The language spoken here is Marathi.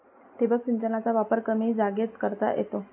ठिबक सिंचनाचा वापर कमी जागेत करता येतो